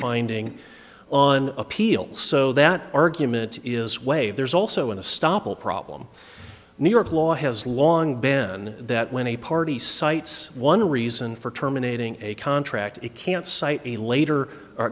finding on appeal so that argument is way there's also in the stoppel problem new york law has long been that when a party cites one reason for terminating a contract it can't cite a later or